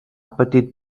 patit